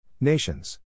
Nations